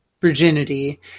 virginity